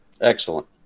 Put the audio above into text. Excellent